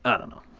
i dunno.